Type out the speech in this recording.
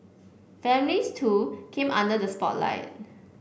families too came under the spotlight